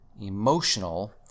emotional